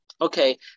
okay